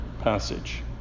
passage